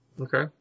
Okay